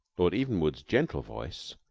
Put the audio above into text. lord evenwood's gentle voice,